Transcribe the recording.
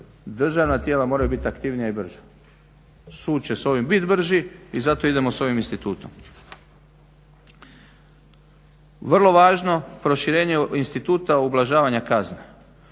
državna tijela moraju biti aktivnija i brža. Sud će s ovim biti brži i zato idemo s ovim institutom. Vrlo važno, proširenje instituta ublažavanja kazne.